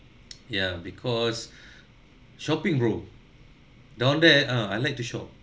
ya because shopping bro down there ah I like to shop